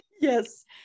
Yes